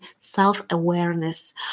self-awareness